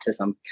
autism